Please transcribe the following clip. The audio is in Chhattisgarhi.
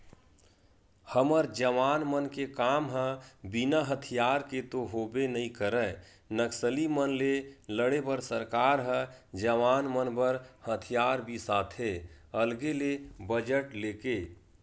हमर जवान मन के काम ह बिना हथियार के तो होबे नइ करय नक्सली मन ले लड़े बर सरकार ह जवान मन बर हथियार बिसाथे अलगे ले बजट लेके